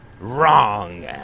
wrong